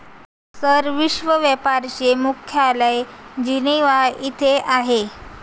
sir, विश्व व्यापार चे मुख्यालय जिनिव्हा येथे आहे